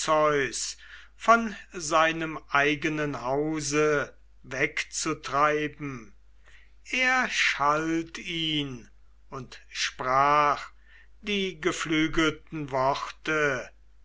von seinem eigenen hause wegzutreiben er schalt ihn und sprach die geflügelten worte